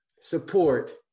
support